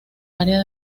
área